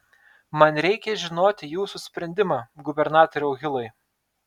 man reikia žinoti jūsų sprendimą gubernatoriau hilai